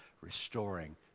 restoring